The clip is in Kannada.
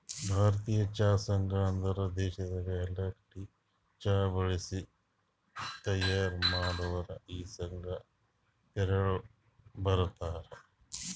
ಭಾರತೀಯ ಚಹಾ ಸಂಘ ಅಂದುರ್ ದೇಶದಾಗ್ ಎಲ್ಲಾ ಕಡಿ ಚಹಾ ಬೆಳಿಸಿ ತೈಯಾರ್ ಮಾಡೋರ್ ಈ ಸಂಘ ತೆಳಗ ಬರ್ತಾರ್